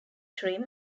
trim